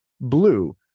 blue